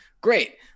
Great